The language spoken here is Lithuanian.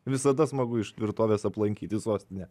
visada smagu iš tvirtovės aplankyti sostinę